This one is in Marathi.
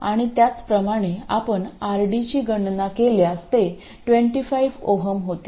आणि त्याचप्रमाणे आपण rD गणना केल्यास ते 25 Ω होते